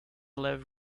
lev